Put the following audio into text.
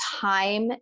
time